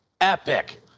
epic